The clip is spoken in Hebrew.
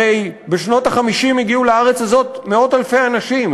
הרי בשנות ה-50 הגיעו לארץ הזאת מאות אלפי אנשים.